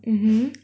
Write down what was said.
mmhmm